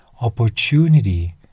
opportunity